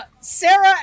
sarah